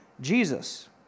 Jesus